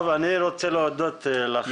טוב, אני רוצה להודות לך,